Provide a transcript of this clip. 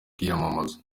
kwiyamamaza